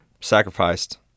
sacrificed